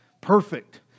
Perfect